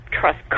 trust